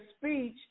speech